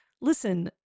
Listen